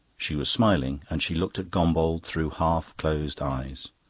she was smiling, and she looked at gombauld through half-closed eyes.